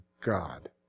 God